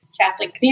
Catholic